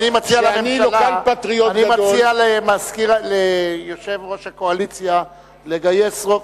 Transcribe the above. אני מציע ליושב-ראש הקואליציה לגייס רוב,